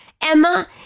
Emma